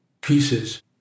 pieces